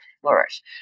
flourish